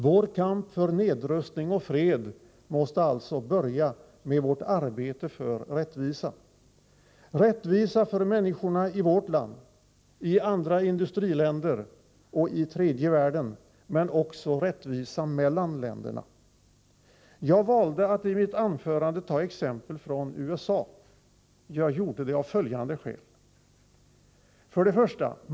Vår kamp för en nedrustning och fred måste alltså börja med vårt arbete för rättvisa — rättvisa för människorna i vårt land, i andra industriländer och i tredje världen, men också rättvisa mellan länderna. Jag valde att i mitt anförande ta exempel från USA. Jag gjorde det av följande skäl: 1.